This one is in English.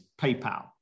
paypal